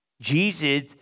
Jesus